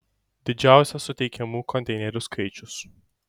didžiausias suteikiamų konteinerių skaičius